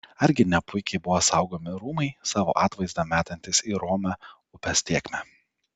argi ne puikiai buvo saugomi rūmai savo atvaizdą metantys į romią upės tėkmę